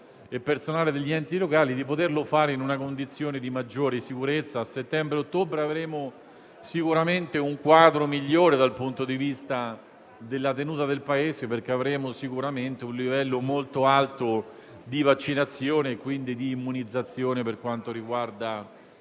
e personale degli enti locali - di poterlo fare in una condizione di maggiore sicurezza. A settembre-ottobre avremo sicuramente un quadro migliore dal punto di vista della tenuta del Paese, perché avremo sicuramente un livello molto alto di vaccinazione e, quindi, di immunizzazione. Il provvedimento